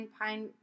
Pine